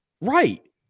Right